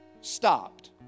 stopped